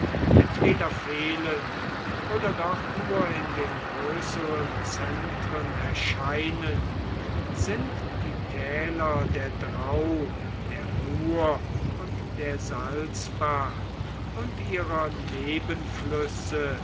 entweder fehlen oder doch nur in den größeren zentren erscheinen sind die täler der drau der mut und der salzach und ihrer